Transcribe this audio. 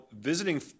visiting